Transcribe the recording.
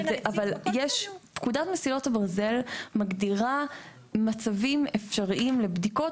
פקודת מסילות הברזל מגדירה מצבים אפשריים לבדיקות